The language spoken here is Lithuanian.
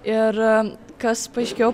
ir kas paaiškėjo